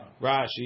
Rashi